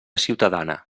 ciutadana